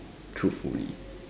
truthfully